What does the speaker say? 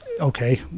Okay